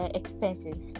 expenses